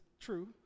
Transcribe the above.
true